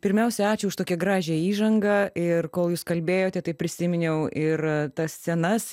pirmiausia ačiū už tokią gražią įžangą ir kol jūs kalbėjote tai prisiminiau ir tas scenas